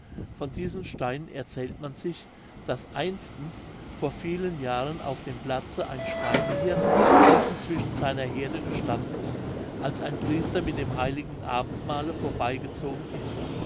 von diesen steinen erzählt man sich daß einstens vor vielen jahren auf dem platze ein schweinehirt mitten zwischen seiner heerde gestanden als ein priester mit dem heiligen abendmahle vorbeigezogen ist